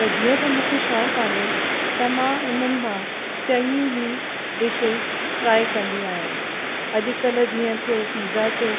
त जीअं त मूंखे शौक़ु आहे त मां उन्हनि मां चङियूं ई डिशेस ट्राए कंदी आहियां अॼुकल्ह जीअं थियो पिज़ा थियो